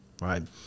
right